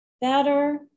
better